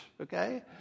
Okay